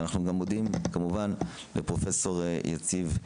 ואנחנו גם מודים לפרופ' יציב,